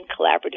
collaborative